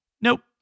Nope